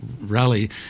rally